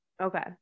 Okay